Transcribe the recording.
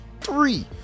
three